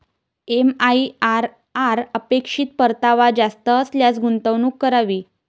MIRR अपेक्षित परतावा जास्त असल्यास गुंतवणूक करावी